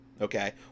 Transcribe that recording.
okay